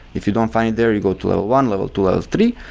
if you don't find it there, you go to level one, level two, level three.